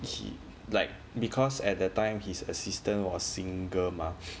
he like because at the time his assistant was single mah